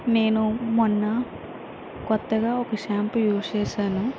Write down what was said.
నేను మొన్నా కొత్తగా ఒక షాంపు యూజ్ చేసాను